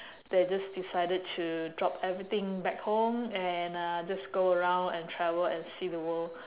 they just decided to drop everything back home and uh just go around and travel and see the world